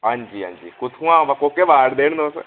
हां जी हां जी कुत्थोआं बा कोह्के वार्ड दे न तुस